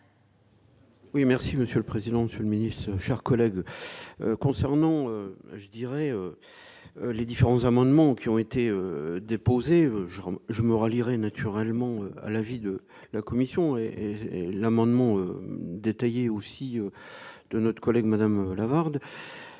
Oui, merci Monsieur le Président, le seul ministre, chers collègues, concernant, je dirais les différents amendements qui ont été déposés, je rentre je me rallye-raid naturellement à l'avis de la Commission et l'amendement aussi de notre collègue Madame Lavarde